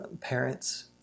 parents